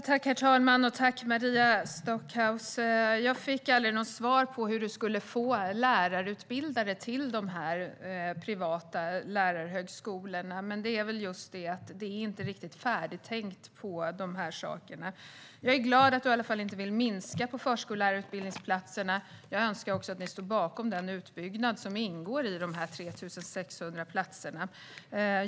Herr talman! Jag fick aldrig något svar på hur Maria Stockhaus skulle få lärarutbildade till dessa privata lärarhögskolor. Det handlar väl om att man inte riktigt har tänkt färdigt när det gäller dessa saker. Jag är glad att Maria Stockhaus i alla fall inte vill minska antalet förskollärarutbildningsplatser. Jag önskar att ni också skulle stå bakom den utbyggnad som ingår i dessa 3 600 platser.